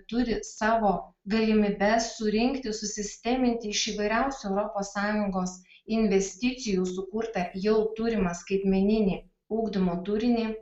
turi savo galimybes surinkti susisteminti iš įvairiausių europos sąjungos investicijų sukurtą jau turimą skaitmeninį ugdymo turinį